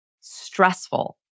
stressful